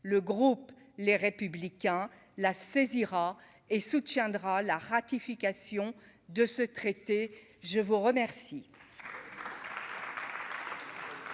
le groupe les Républicains la saisira et soutiendra la ratification de ce traité, je vous remercie.